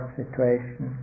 situation